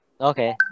Okay